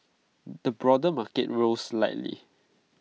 the broader market rose slightly